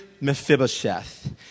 Mephibosheth